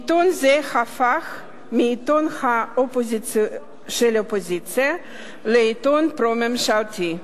עיתון זה הפך מעיתון של אופוזיציה לעיתון פרו-ממשלתי.